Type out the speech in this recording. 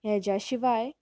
हाज्या शिवाय